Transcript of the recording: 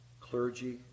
Clergy